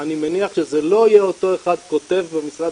אני מניח שזה לא יהיה אותו אחד שכותב במשרד